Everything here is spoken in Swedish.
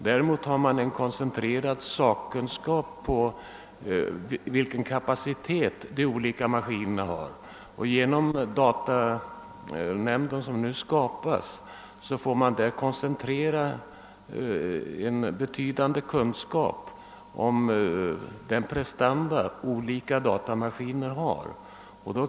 Det finns emellertid en koncentrerad sakkunskap beträffande vilken kapacitet de olika maskinerna har, och i den datanämnd som nu skall skapas blir denna sakkunskap beträffande de prestanda som de olika datamaskinerna har ytterligare koncentrerad.